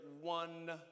one